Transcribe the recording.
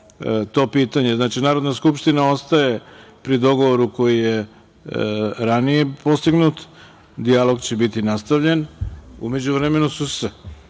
to pitanje. Znači, Narodne skupština ostaje pri dogovoru koji je ranije postignut, dijalog će biti nastavljen, u međuvremenu su se